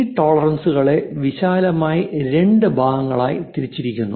ഈ ടോളറൻസുകളെ വിശാലമായി രണ്ട് ഭാഗങ്ങളായി തിരിച്ചിരിക്കുന്നു